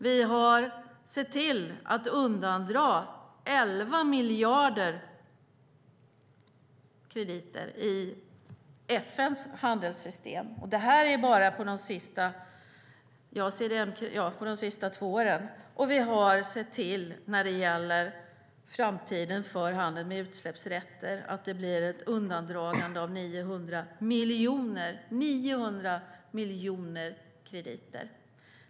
Vi har sett till att undandra 11 miljarder krediter i FN:s handelssystem. Det här är bara under de senaste två åren. Och vi har sett till, när det gäller framtiden för handeln med utsläppsrätter, att det blir ett undandragande av 900 miljoner krediter.